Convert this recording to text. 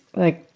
like,